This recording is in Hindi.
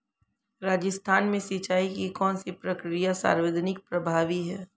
राजस्थान में सिंचाई की कौनसी प्रक्रिया सर्वाधिक प्रभावी है?